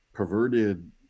perverted